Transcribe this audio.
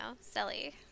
silly